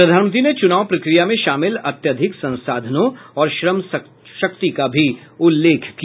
प्रधानमंत्री ने चूनाव प्रक्रिया में शामिल अत्यधिक संसाधनों और श्रम शक्ति का भी उल्लेख किया